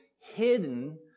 hidden